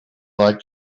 like